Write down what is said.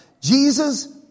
Jesus